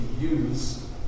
use